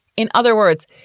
in other words,